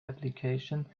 application